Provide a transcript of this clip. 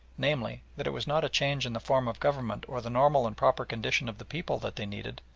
namely, that it was not a change in the form of government or the normal and proper condition of the people that they needed,